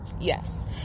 Yes